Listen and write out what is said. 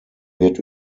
wird